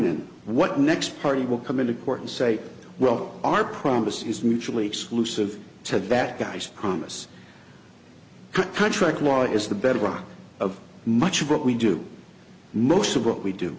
and what next party will come into court and say well our promise is mutually exclusive to the bad guys promise contract law is the bedrock of much of what we do most of what we do